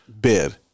bid